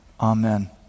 Amen